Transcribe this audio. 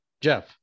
Jeff